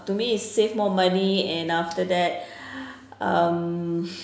to me is save more money and after that um